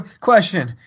Question